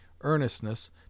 earnestness